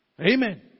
Amen